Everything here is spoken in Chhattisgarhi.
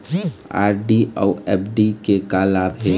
आर.डी अऊ एफ.डी के का लाभ हे?